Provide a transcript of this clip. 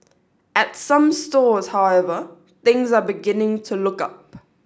at some stores however things are beginning to look up